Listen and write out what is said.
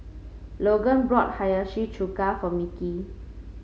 Logan brought Hiyashi Chuka for Mickie